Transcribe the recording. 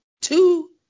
two